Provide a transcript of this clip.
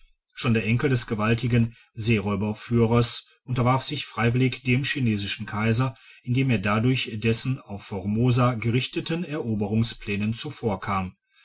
schon der enkel des gewaltigen seeräuberführers unterwarf sich freiwillig dem chinesischen kaiser indem er dadurch dessen auf formosa gerichteten eroberungsplänen zuvorkam